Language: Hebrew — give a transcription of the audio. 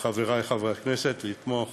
מחברי חברי הכנסת, לתמוך